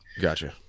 Gotcha